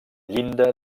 llinda